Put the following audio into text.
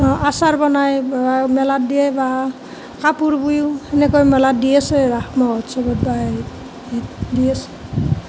অঁ আচাৰ বনাই মেলাত দিয়ে বা কাপোৰ বৈয়ো সেনেকৈ মেলাত দিয়ে চৈ ৰাস মহোৎসৱত বা এই দিয়ে